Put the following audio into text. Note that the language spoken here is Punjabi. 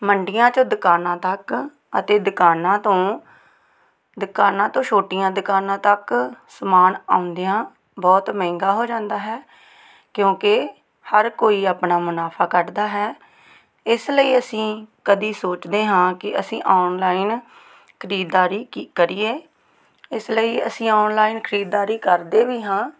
ਮੰਡੀਆਂ ਚੋਂ ਦੁਕਾਨਾਂ ਤੱਕ ਅਤੇ ਦੁਕਾਨਾਂ ਤੋਂ ਦੁਕਾਨਾਂ ਤੋਂ ਛੋਟੀਆਂ ਦੁਕਾਨਾਂ ਤੱਕ ਸਮਾਨ ਆਉਂਦਿਆਂ ਬਹੁਤ ਮਹਿੰਗਾ ਹੋ ਜਾਂਦਾ ਹੈ ਕਿਉਂਕਿ ਹਰ ਕੋਈ ਆਪਣਾ ਮੁਨਾਫ਼ਾ ਕੱਢਦਾ ਹੈ ਇਸ ਲਈ ਅਸੀਂ ਕਦੀ ਸੋਚਦੇ ਹਾਂ ਕਿ ਅਸੀਂ ਔਨਲਾਈਨ ਖਰੀਦਦਾਰੀ ਕੀ ਕਰੀਏ ਇਸ ਲਈ ਅਸੀਂ ਔਨਲਾਈਨ ਖਰੀਦਦਾਰੀ ਕਰਦੇ ਵੀ ਹਾਂ